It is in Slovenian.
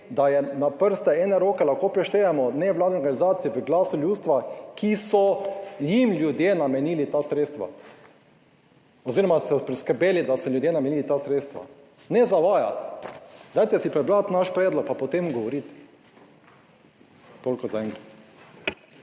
da je na prste ene roke lahko preštejemo nevladne organizacije v glasu ljudstva, ki so jim ljudje namenili ta sredstva oziroma so priskrbeli, da so ljudje namenili ta sredstva. Ne zavajati, dajte si prebrati naš predlog, pa potem govoriti. Toliko za enkrat.